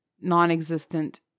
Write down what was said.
non-existent